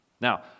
Now